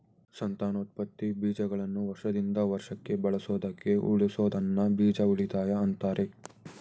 ಸಂತಾನೋತ್ಪತ್ತಿ ಬೀಜಗಳನ್ನು ವರ್ಷದಿಂದ ವರ್ಷಕ್ಕೆ ಬಳಸೋದಕ್ಕೆ ಉಳಿಸೋದನ್ನ ಬೀಜ ಉಳಿತಾಯ ಅಂತಾರೆ